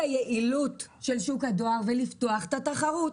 היעילות של שוק הדואר ולפתוח את התחרות.